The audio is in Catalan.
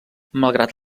malgrat